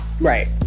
Right